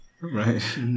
Right